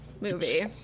movie